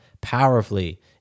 powerfully